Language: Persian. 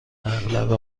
اغلب